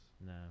No